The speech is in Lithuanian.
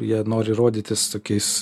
jie nori rodytis tokiais